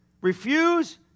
Refuse